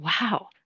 wow